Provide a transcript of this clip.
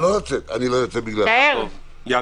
ולכן, יעקב.